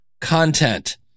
content